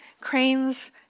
Cranes